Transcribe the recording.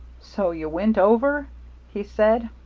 so you went over he said.